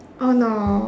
oh no